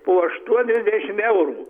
po aštuoniasdešim eurų